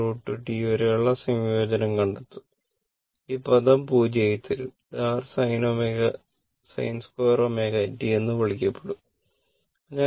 ശേഷം sin ω t0T വരെയുള്ള സംയോജനം കണ്ടെത്തും ഈ പദം 0 ആയിത്തീരും ഇത് r sin2ω t എന്ന് വിളിക്കപ്പെടുന്നതും